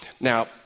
Now